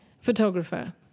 photographer